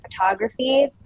photography